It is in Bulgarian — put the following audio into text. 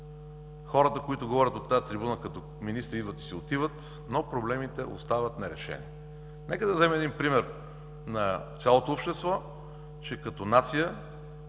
хората, които говорят от тази трибуна като министри, идват и си отиват, но проблемите остават нерешени. Нека да дадем пример на цялото общество, че като нация,